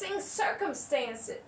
circumstances